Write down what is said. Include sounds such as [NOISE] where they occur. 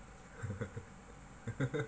[LAUGHS]